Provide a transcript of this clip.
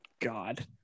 God